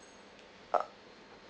uh